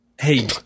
hey